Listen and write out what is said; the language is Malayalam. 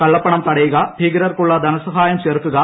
കള്ളപ്പണം തടയുക ഭീകരർക്കുള്ള ധനസഹായം ചെറുക്കുക